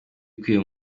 ikwiye